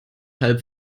halb